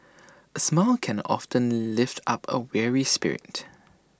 A smile can often lift up A weary spirit